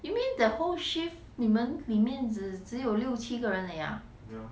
you mean the whole shift 你们里面只只有六七个人而已呀